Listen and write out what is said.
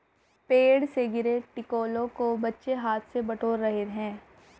पेड़ से गिरे टिकोलों को बच्चे हाथ से बटोर रहे हैं